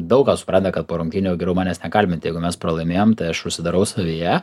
daug kas supranta kad po rungtynių jau geriau manęs nekalbinti jeigu mes pralaimėjom tai aš užsidarau savyje